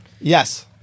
Yes